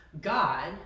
God